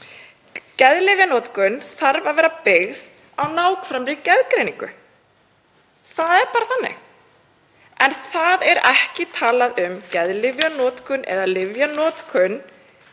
Geðlyfjanotkun þarf að vera byggð á nákvæmri geðgreiningu. Það er bara þannig. En það er ekki talað um geðlyfjanotkun eða lyfjanotkun